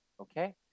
okay